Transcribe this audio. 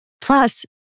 Plus